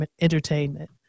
Entertainment